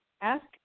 Ask